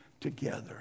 together